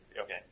Okay